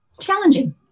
challenging